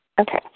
Okay